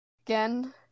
Again